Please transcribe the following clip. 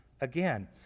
again